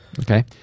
Okay